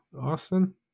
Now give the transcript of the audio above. Austin